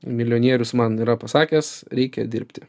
milijonierius man yra pasakęs reikia dirbti